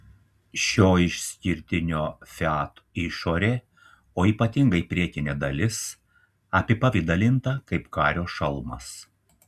šio išskirtinio fiat išorė o ypatingai priekinė dalis apipavidalinta kaip kario šalmas